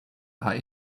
are